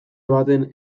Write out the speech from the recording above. baten